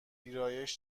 ویرایش